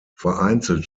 vereinzelt